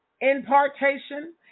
impartation